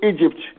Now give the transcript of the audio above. Egypt